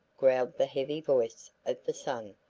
growled the heavy voice of the son.